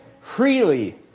freely